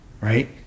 right